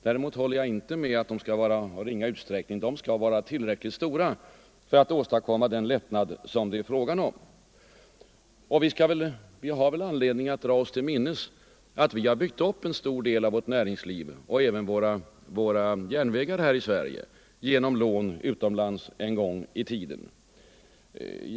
Däremot håller jag inte med om att de skall vara av ringa utsträckning, utan lånen skall vara tillräckligt stora för att åstadkomma den lättnad som behövs. Vi har anledning att dra oss till minnes att vi byggt upp en stor del av vårt näringsliv och även våra järnvägar här i Sverige genom lån utomlands en gång i tiden.